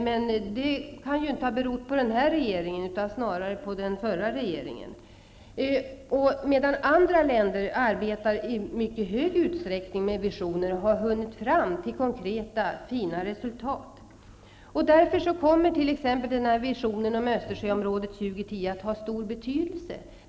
Det kan emellertid inte har berott på den nuvarande regeringen, utan snarare på den förra regeringen. Andra länder som i mycket högre utsträckning arbetar med visioner har kommit fram till konkreta, bra resultat. Därför kommer visionen ''Östersjöområdet 2010'' att ha stor betydelse.